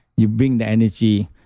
you bring the energy